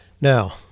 now